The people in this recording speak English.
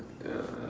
ya